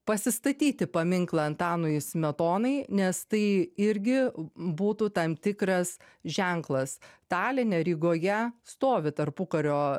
pasistatyti paminklą antanui smetonai nes tai irgi būtų tam tikras ženklas taline rygoje stovi tarpukario